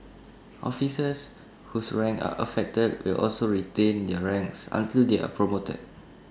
officers whose ranks are affected will also retain their ranks until they are promoted